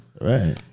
Right